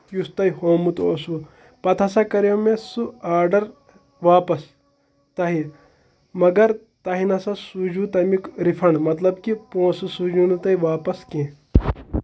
یُس تۄہہِ ہوومُت اوسوُ پَتہٕ ہَسا کَریو مےٚ سُہ آڈَر واپَس تۄہہِ مگر تۄہہِ نہ سا سوٗزِو تَمیُک رِفنٛڈ مطلب کہِ پونٛسہٕ سوٗزِو نہٕ تۄہہِ واپَس کینٛہہ